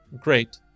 great